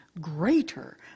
greater